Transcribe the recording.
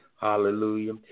Hallelujah